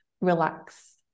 relax